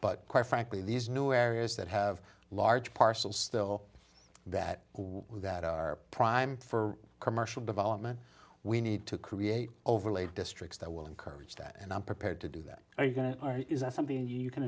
but quite frankly these new areas that have a large parcel still that that are primed for commercial development we need to create overlay districts that will encourage that and i'm prepared to do that are you going to are is that something you can